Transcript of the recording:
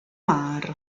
mar